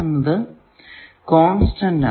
എന്നത് കോൺസ്റ്റന്റ് ആണ്